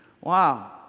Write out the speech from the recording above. Wow